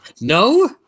no